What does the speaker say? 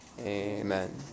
amen